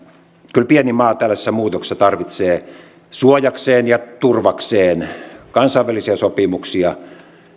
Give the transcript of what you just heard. kyllä pieni maa tällaisessa muutoksessa tarvitsee suojakseen ja turvakseen kansainvälisiä sopimuksia